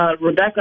Rebecca